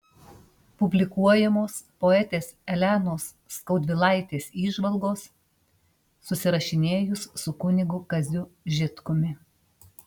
publikuojamos poetės elenos skaudvilaitės įžvalgos susirašinėjus su kunigu kaziu žitkumi